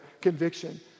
conviction